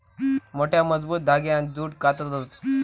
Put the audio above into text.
मोठ्या, मजबूत धांग्यांत जूट काततत